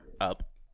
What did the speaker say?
up